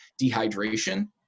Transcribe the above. dehydration